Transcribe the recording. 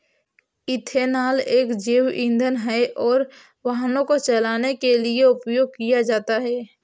ethanol एक जैव ईंधन है और वाहनों को चलाने के लिए उपयोग किया जाता है